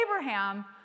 Abraham